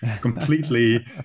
completely